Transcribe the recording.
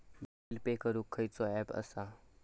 Bill pay करूक खैचो app असा?